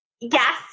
yes